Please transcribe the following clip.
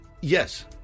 Yes